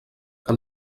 que